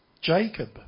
Jacob